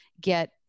get